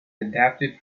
adapted